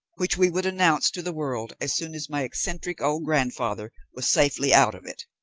which we would announce to the world as soon as my eccentric old grandfather was safely out of it.